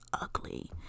ugly